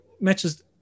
matches